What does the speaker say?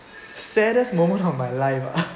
saddest moment of my life ah